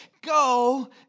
go